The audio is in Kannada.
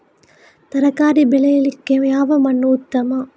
ತರಕಾರಿ ಬೆಳೆಯಲಿಕ್ಕೆ ಯಾವ ಮಣ್ಣು ಉತ್ತಮ?